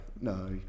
no